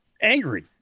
angry